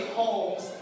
homes